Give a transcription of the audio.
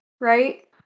right